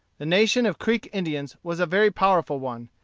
the nation of creek indians was a very powerful one,